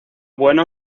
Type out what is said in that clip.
bueno